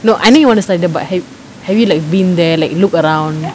no I know you want to study there but ha- have you like been there like look around